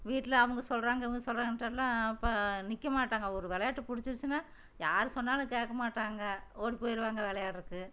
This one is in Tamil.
வீட்டில் அவங்க சொல்கிறாங்க இவங்க சொல்கிறாங்கன்டெல்லாம் பா நிற்கமாட்டாங்க ஒரு விளையாட்டு பிடிச்சிருச்சினா யார் சொன்னாலும் கேட்கமாட்டாங்க ஓடி போயிடுவாங்க விளையாட்றதுக்கு